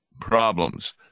problems